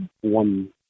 One